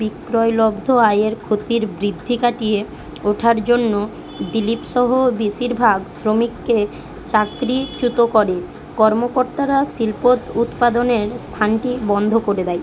বিক্রয়লব্ধ আয়ের ক্ষতির বৃদ্ধি কাটিয়ে ওঠার জন্য দিলীপ সহ বেশিরভাগ শ্রমিককে চাকরিচ্যুত করে কর্মকর্তারা শিল্প উৎপাদনের স্থানটি বন্ধ করে দেয়